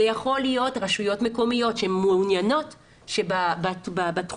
זה יכול להיות רשויות מקומיות שמעוניינות שבתחום